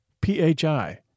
P-H-I